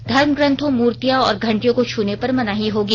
धर्मग्रंथों मूर्तियां और घंटियों को छूने पर मनाही होगी